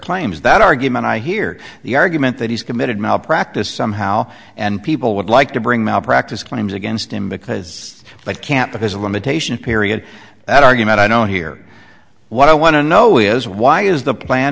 claims that argument i hear the argument that he's committed malpractise somehow and people would like to bring malpractise claims against him because but can't because a limitation period that argument i don't hear what i want to know is why is the plan